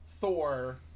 Thor